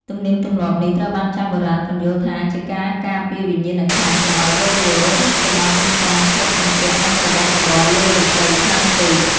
ទំនៀមទម្លាប់នេះត្រូវបានចាស់បុរាណពន្យល់ថាជាការការពារវិញ្ញាណក្ខន្ធកុំឱ្យវិលវល់ ឬកុំឱ្យមានការជាប់ជំពាក់នឹងរបស់របរលើលោកិយខ្លាំងពេក។